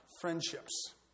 friendships